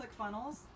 ClickFunnels